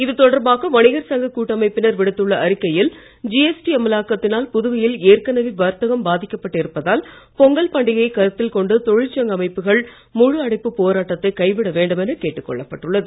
இதுதொடர்பாக வணிகர் சங்க கூட்டமைப்பினர் விடுத்துள்ள அறிக்கையில் ஜிஎஸ்டி அமலாக்கத்தினால் புதுவையில் ஏற்கனவே வர்த்தகம் பாதிக்கப்பட்டு இருப்பதால் பொங்கல் பண்டிகையை கருத்தில் கொண்டு தொழிற்சங்க அமைப்புகள் முழுஅடைப்பு போராட்டத்தை கைவிட வேண்டுமென கேட்டுக் கொள்ளப்பட்டுள்ளது